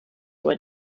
were